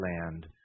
land